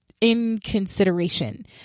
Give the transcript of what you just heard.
inconsideration